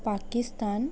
Pakistan